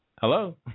Hello